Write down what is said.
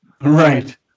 Right